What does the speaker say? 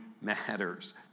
matters